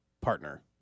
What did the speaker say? partner